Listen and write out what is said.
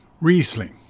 Riesling